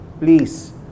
Please